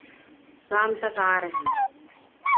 शाम तक आ रहे हैं